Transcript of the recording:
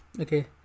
Okay